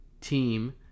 team